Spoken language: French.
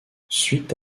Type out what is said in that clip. suite